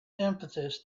impetus